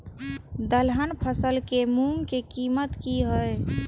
दलहन फसल के मूँग के कीमत की हय?